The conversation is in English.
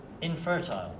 infertile